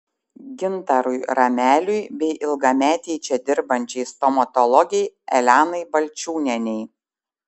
gintarui rameliui bei ilgametei čia dirbančiai stomatologei elenai balčiūnienei